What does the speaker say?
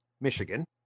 michigan